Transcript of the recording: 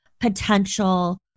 potential